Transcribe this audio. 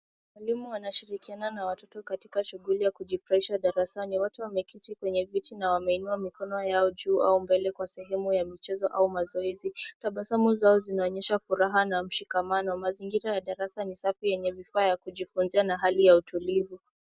Walimu wanashirikina na watoto katika shughuli ya kujifurahisha darasani. Wote wameketi kwenye viti na wameinua mikono yao juu au mbele kwa sehemu ya michezo au mazoezi. Tabasamu zao zinaonyesha furaha na mshikamano. Mazingira ya darasa ni safi yenye vifaa ya kujifunzia na hali ya utulivu.